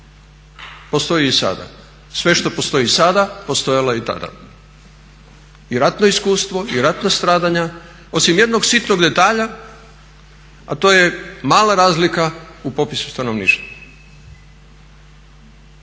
postoji i sada. Sve što postoji sada postojalo je i tada. I ratno iskustvo i ratna stradanja, osim jednog sitnog detalja, a to je mala razlika u popisu stanovništva.